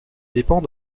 dépend